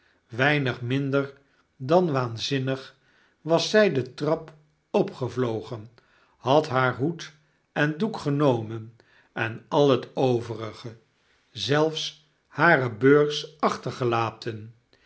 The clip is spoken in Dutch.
weinig minder dan waanzinnig was zy de trap opgevlogen had haar hoed en doek genomen en al het overige zelfs hare beurs achtergelaten